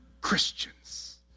Christians